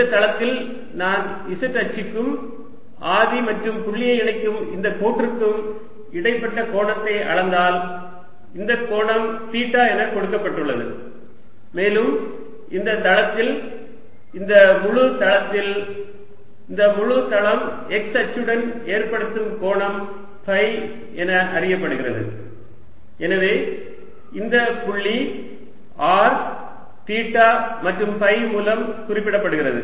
இந்த தளத்தில் நான் z அச்சிக்கும் ஆதி மற்றும் புள்ளியை இணைக்கும் இந்த கோடுக்கும் இடைப்பட்ட கோணத்தை அளந்தால் இந்த கோணம் தீட்டா என கொடுக்கப்பட்டுள்ளது மேலும் இந்த தளத்தில் இந்த முழு தளத்தில் இந்த முழு தளம் x அச்சியுடன் ஏற்படுத்தும் கோணம் ஃபை என அறியப்படுகிறது எனவே இந்த புள்ளி r தீட்டா மற்றும் ஃபை மூலம் குறிப்பிடப்படுகிறது